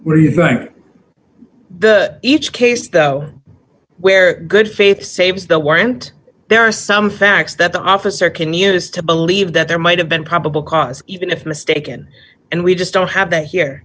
where you think each case though where good faith saves the weren't there are some facts that the officer can use to believe that there might have been probable cause even if mistaken and we just don't have that here